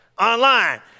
online